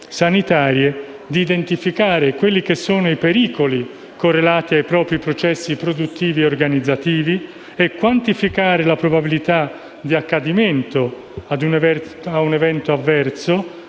di identificare i pericoli correlati ai propri processi produttivi e organizzativi e quantificare la probabilità di accadimento di un evento avverso;